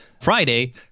Friday